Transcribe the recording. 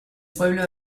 pueblo